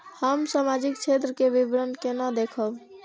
हम सामाजिक क्षेत्र के विवरण केना देखब?